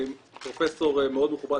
פרופ' מאוד מכובד,